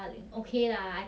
one point eight [what]